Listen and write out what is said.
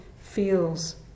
feels